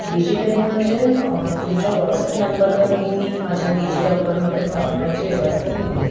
digitally म्हणजे तुमच्या WhatsApp नंबरवर मी ती माझ्या डिजिलॉकरमधून पाठवण्याची व्यवस्था केली आहे